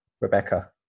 rebecca